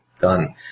done